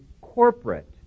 corporate